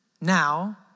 now